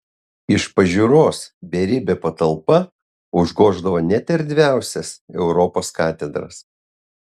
iš pažiūros beribė patalpa užgoždavo net erdviausias europos katedras